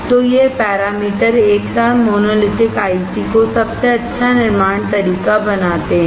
तो ये पैरामीटरएक साथ मोनोलिथिक आईसी को सबसे अच्छा निर्माण तरीका बनाते हैं